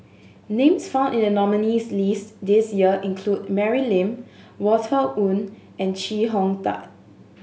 names found in the nominees' list this year include Mary Lim Walter Woon and Chee Hong Tat